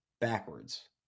backwards